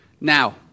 Now